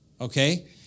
okay